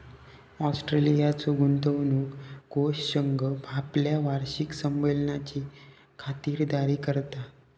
ऑस्ट्रेलियाचो गुंतवणूक कोष संघ आपल्या वार्षिक संमेलनाची खातिरदारी करता